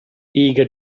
eager